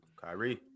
Kyrie